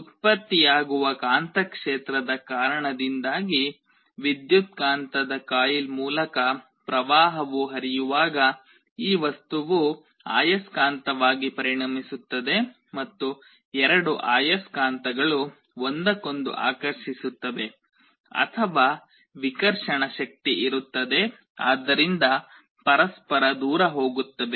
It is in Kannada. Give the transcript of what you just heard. ಉತ್ಪತ್ತಿಯಾಗುವ ಕಾಂತಕ್ಷೇತ್ರದ ಕಾರಣದಿಂದಾಗಿ ವಿದ್ಯುತ್ಕಾಂತದ ಕಾಯಿಲ್ ಮೂಲಕ ಪ್ರವಾಹವು ಹರಿಯುವಾಗ ಈ ವಸ್ತುವು ಆಯಸ್ಕಾಂತವಾಗಿ ಪರಿಣಮಿಸುತ್ತದೆ ಮತ್ತು ಎರಡು ಆಯಸ್ಕಾಂತಗಳು ಒಂದಕ್ಕೊಂದು ಆಕರ್ಷಿಸುತ್ತವೆ ಅಥವಾ ವಿಕರ್ಷಣ ಶಕ್ತಿ ಇರುತ್ತದೆ ಆದ್ದರಿಂದ ಪರಸ್ಪರ ದೂರ ಹೋಗುತ್ತವೆ